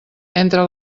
entre